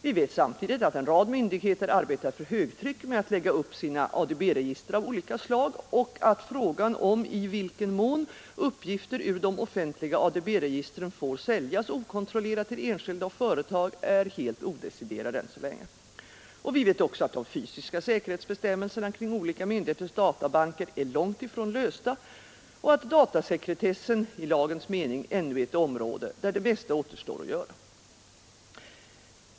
Vi vet samtidigt att en rad myndigheter arbetar för högtryck med att lägga upp sina ADB-register av olika slag och att frågan om i vilken mån uppgifter ur de offentliga ADB-registren får säljas okontrollerat till enskilda och företag är helt odeciderad än så länge. Vi vet också att de fysiska säkerhetsbestämmelserna kring olika myndigheters databanker är långt ifrån lösta och att datasekretessen i lagens mening ännu är ett område där det mesta återstår att göra.